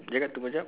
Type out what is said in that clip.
dia cakap tunggu jap